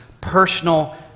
personal